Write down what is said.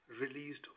released